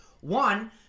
One